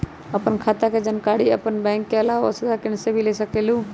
आपन खाता के जानकारी आपन बैंक के आलावा वसुधा केन्द्र से भी ले सकेलु?